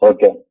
Okay